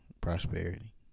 prosperity